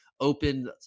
opened